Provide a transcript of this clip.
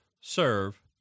serve